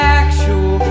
actual